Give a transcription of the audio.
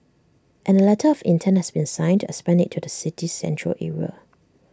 and A letter of intent has been signed to expand IT to the city's Central Area